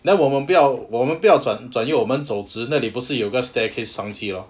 then 我们不要我们不要转转右我们走直那里不是有个 staircase 上去 lor